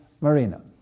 Marina